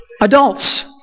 Adults